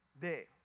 day